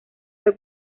fue